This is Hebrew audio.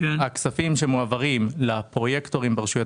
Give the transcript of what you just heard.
הכספים שמועברים לפרויקטורים ברשויות